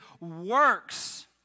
works